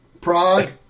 Prague